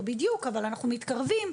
לא בדיוק אבל אנחנו מתקרבים,